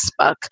Facebook